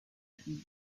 fille